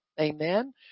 Amen